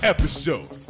Episode